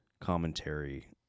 commentary